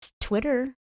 Twitter